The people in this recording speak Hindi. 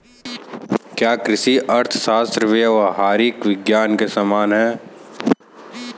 क्या कृषि अर्थशास्त्र व्यावहारिक विज्ञान के समान है?